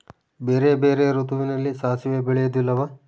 ಬೇರೆ ಬೇರೆ ಋತುವಿನಲ್ಲಿ ಸಾಸಿವೆ ಬೆಳೆಯುವುದಿಲ್ಲವಾ?